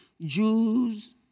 Jews